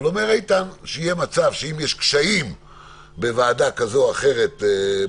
אבל לא יכול להיות שאם הוועדה לא מתכנסת,